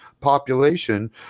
population